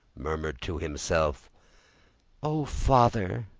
murmured to himself oh, father,